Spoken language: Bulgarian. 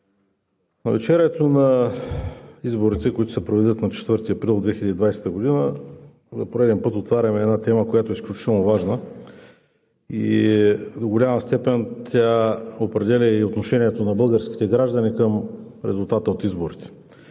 навечерието на изборите, които ще се проведат на 4 април 2020 г., за пореден път отваряме една тема, която е изключително важна и до голяма степен тя определя отношението на българските граждани към резултата от изборите,